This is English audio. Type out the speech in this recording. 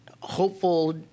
hopeful